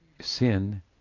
sin